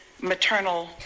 maternal